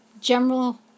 general